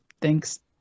thanks